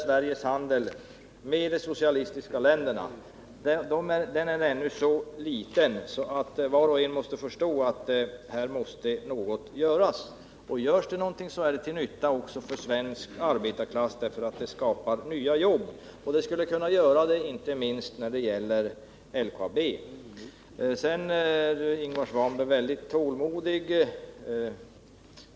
Sveriges handel med de socialistiska länderna är ännu så liten att var och en förstår att något måste göras. Görs det någonting, så är det till nytta också för svensk arbetarklass, därför att det skapar nya jobb. Detta skulle kunna bli fallet inte minst när det gäller LKAB. Sedan tycker jag att Ingvar Svanberg är väldigt tålmodig.